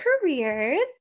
careers